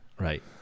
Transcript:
Right